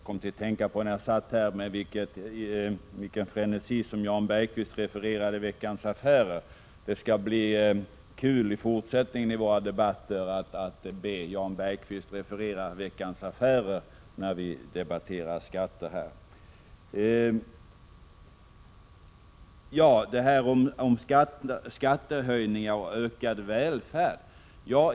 Herr talman! När jag hörde med vilken frenesi Jan Bergqvist här refererade Veckans Affärer kom jag att tänka på att det skall bli roligt att i fortsättningen be honom referera Veckans Affärer när vi debatterar skatter här i kammaren. Jag vill så ta upp frågan om skattehöjningar och ökad välfärd.